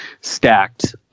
stacked